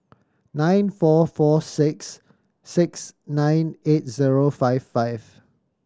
nine four four six six nine eight zero five five